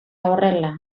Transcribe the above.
horrela